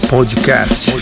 Podcast